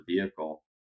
vehicle